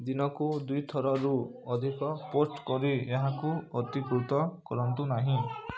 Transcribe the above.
ଦିନକୁ ଦୁଇଥରରୁ ଅଧିକ ପୋଷ୍ଟ କରି ଏହାକୁ ଅତିକୃତ କରନ୍ତୁ ନାହିଁ